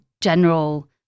general